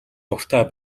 дуртай